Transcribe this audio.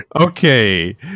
Okay